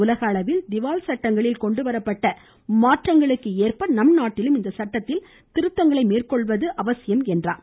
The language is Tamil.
உலகளவில் திவால் சட்டங்களில் கொண்டுவரப்பட்ட மாற்றங்களுக்கு ஏற்ப நம்நாட்டிலும் இச்சட்டத்தில் திருத்தங்களை மேற்கொள்வது அவசியம் என்றார்